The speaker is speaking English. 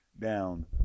Down